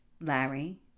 Larry